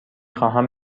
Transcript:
خواهم